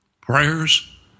prayers